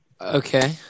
Okay